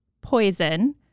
poison